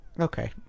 Okay